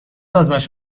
آزمایش